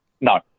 No